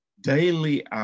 daily